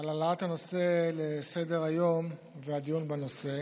על העלאת הנושא לסדר-היום והדיון בנושא.